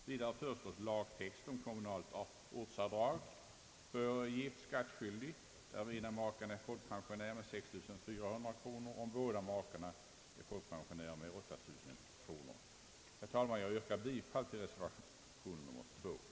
Vidare föreslås lagtext om kommunalt ortsavdrag för gifta skattskyldiga, med 6 400 kronor om den ena maken är folkpensionär och med 38000 kronor om båda makarna är folkpensionärer. Herr talman! Jag yrkar bifall till reservation nr 2.